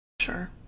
Sure